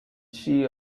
she